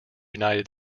united